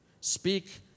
Speak